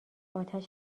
آتش